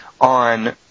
on